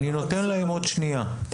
עוד שנייה הם ידברו.